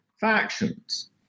factions